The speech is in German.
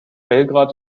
belgrad